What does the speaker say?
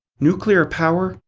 nuclear power,